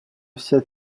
вся